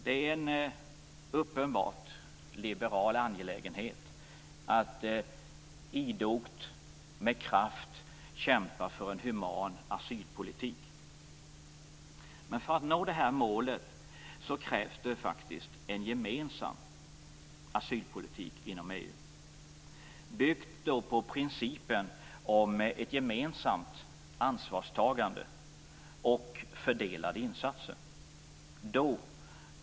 Det är en uppenbart liberal angelägenhet att idogt och med kraft kämpa för en human asylpolitik. För att nå det målet krävs det en gemensam asylpolitik inom EU, byggd på principen om ett gemensamt ansvarstagande och fördelade insatser.